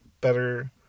better